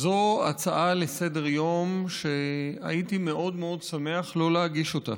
זו הצעה לסדר-היום שהייתי מאוד מאוד שמח שלא להגיש אותה.